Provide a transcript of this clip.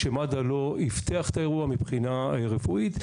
שמד"א לא אבטח את האירוע מבחינה רפואית.